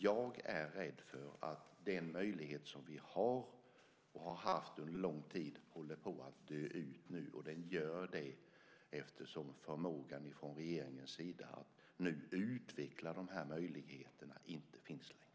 Jag är rädd för att den möjlighet som vi har och har haft under lång tid håller på att dö ut. Den gör det eftersom förmågan från regeringens sida att utveckla dessa möjligheter inte längre finns.